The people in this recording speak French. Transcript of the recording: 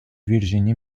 virginie